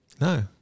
No